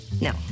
No